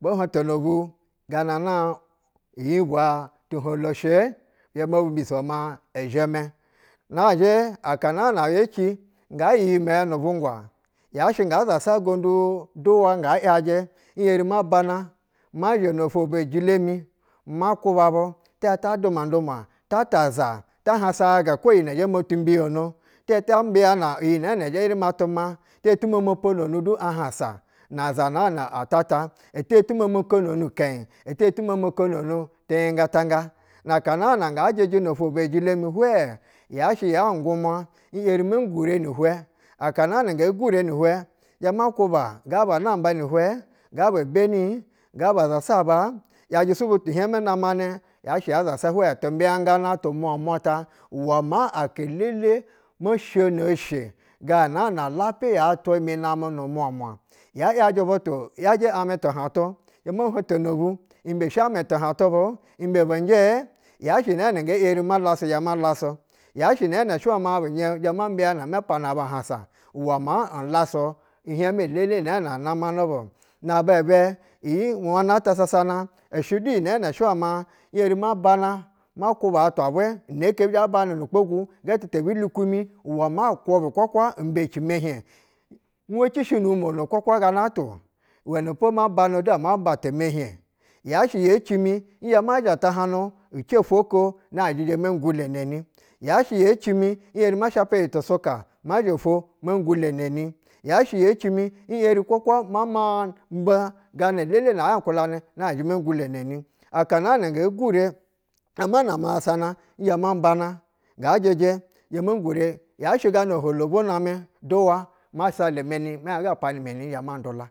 Bo hoto no bug ana naa iyi bwa tu holo shɛ? Mbizhe mob iso man izheme na zhe akana yaci rga ye yi nu vugwa ya shɛ ga zasa gondu nga yajɛ nyeri ma bana ma zha no ofuwo biyojilo mi makuba bu ti zhe ta ɗunua tata aza ta hansa gaga hu yina zhe mot u mbuyono ti zhe ta mbiyana iyi eri ma tu ma ti ɛhe tu momo pono nu du a hansa a za nana ata ta eti eritu momo kononu ikenyi eti eritu momo kononu ti yingantaga ka nana nga jeje no ofewo biyojilo mi hwue ya shɛ ya guraua nyeri me gure nu hwe akana nge gure nu hwe zhe ma ku ba ga ba bani gaba sasa yajɛ sub utu heme namane yashɛ ya saza hwe tum bi ya ng ana tu muata uwa maa aka lele mo shomo eshe gana na tu lapiya namɛ nu muanua ya yaja butu yajɛ amɛ tu hantu zhe mo hoto bu hmbe she amd tuhantu bu imbe binjɛɛ yas hɛ nene ge eri man zhe mala su nzhe malasu yashɛ nene shi we be hie zhe mapana bu ahansa uwe maa vlasu ihemelele na nama ne by na aba iyi wama ata ishɛ elu yi nene shɛ ule maa nyeri ma bana ma huba ahwa vwe nehe bi zha bane nu kpogu e bi bukumi u we maa hube kwakwa mbeci ma hien nveci shi nu mono hughwa gana ata o uwe nepo mabana du ama mbata me hien yashɛ ye cimi zhe ma zha tahanu ci ofo okoo na zhi nɛhe megulele neni yashɛ ye cimi nyeri ma shapa yi tusuka ma zha ofo me guleneni yashɛ yecime nyeri kwahkwa ma ma mba gana lele nay a hulani na zhi me gule ne ni akana na nge gure nzha ma na ma sasa na n the mab ana ga jɛjɛ zhe me gure akana na oholobo name duwa mabala meni me hie ga ampanɛ meni zhe ma dula